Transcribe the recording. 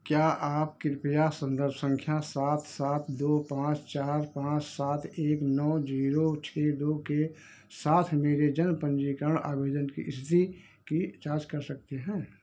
क्या आप कृपया सन्दर्भ सँख्या सात सात दो पाँच चार पाँच सात एक नौ ज़ीरो छह दो के साथ मेरे जन्म पन्जीकरण आवेदन की ईस्थिति की जाँच कर सकते हैं